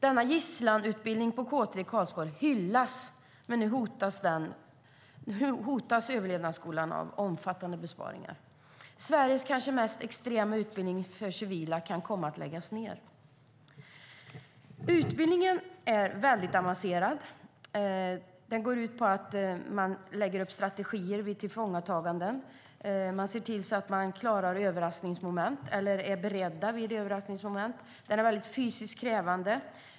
Denna gisslanutbildning på K 3 i Karlsborg hyllas, men nu hotas överlevnadsskolan av omfattande besparingar. Sveriges kanske mest extrema utbildning för civila kan komma att läggas ned. Utbildningen är väldigt avancerad och går ut på att man lägger upp strategier för tillfångataganden. Den leder till att man klarar överraskningsmoment eller är beredd vid överraskningsmoment. Den är fysiskt krävande.